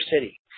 city